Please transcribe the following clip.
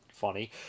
funny